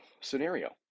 scenario